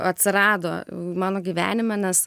atsirado mano gyvenime nes